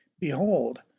Behold